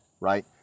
right